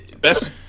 Best